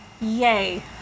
yay